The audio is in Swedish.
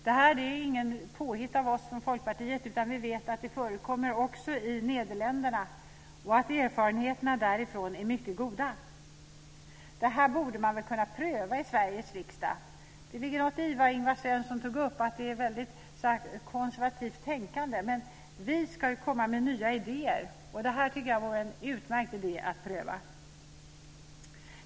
Detta är inget påhitt av oss från Folkpartiet, utan vi vet att det förekommer i Nederländerna och att erfarenheterna därifrån är mycket goda. Detta borde man väl kunna pröva i Sveriges riksdag! Det ligger något i det som Ingvar Svensson tog upp om konservativt tänkande. Vi ska komma med nya idéer, och detta tycker jag vore en utmärkt idé att pröva.